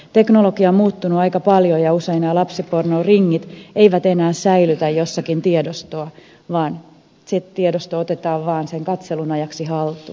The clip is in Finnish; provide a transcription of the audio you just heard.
teknologia on muuttunut aika paljon ja usein nämä lapsipornoringit eivät enää säilytä jossakin tiedostoa vaan se tiedosto otetaan vaan sen katselun ajaksi haltuun